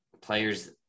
players